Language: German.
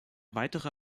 weitere